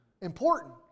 Important